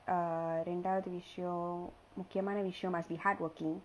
uh ரெண்டாவது விஷயம் முக்கியமான விஷயம்:rendavathu vishayam mukkiyamaana vishayam must be hardworking